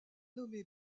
nommée